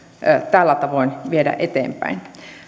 tällä tavoin viedä eteenpäin